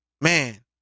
Man